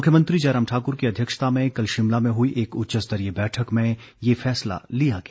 मुख्यमंत्री जयराम ठाकर की अध्यक्षता में कल शिमला में हई एक उच्च स्तरीय बैठक में ये फैसला लिया गया